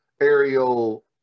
aerial